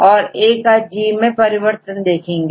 औरA काG मैं परिवर्तन देखेंगे